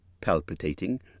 palpitating